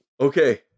Okay